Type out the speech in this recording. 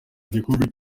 igikombe